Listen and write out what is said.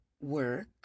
work